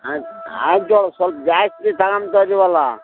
ಆಯ್ತು ಆಯಿತು ಸ್ವಲ್ಪ ಜಾಸ್ತಿ ತಗೊಂತ ಇದ್ದೀವಲ